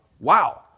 Wow